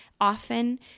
often